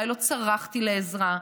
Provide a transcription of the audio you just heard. אולי לא צרחתי לעזרה,